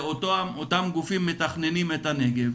ואותם גופים מתכננים את הנגב